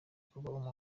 kuba